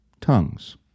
Tongues